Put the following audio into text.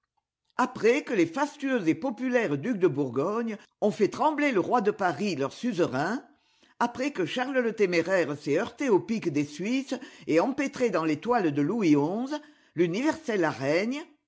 après que les fastueux et populaires ducs de bourgogne ont fait trembler le roi de paris leur suzerain après que charles le téméraire s'est heurté aux piques des suisses et empêtré dans les toiles de louis xi l'universelle araigne